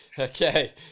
Okay